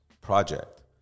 project